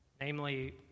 namely